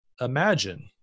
imagine